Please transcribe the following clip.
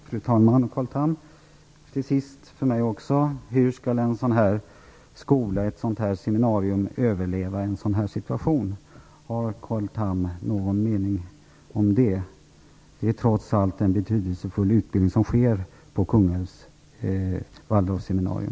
Fru talman! Till sist: Carl Tham, hur skall ett sådant här seminarium överleva en sådan här situation? Har Carl Tham någon uppfattning om det? Det är trots allt en betydelsefull utbildning som sker vid Kungälvs Waldorfsseminarium.